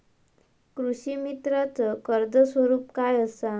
कृषीमित्राच कर्ज स्वरूप काय असा?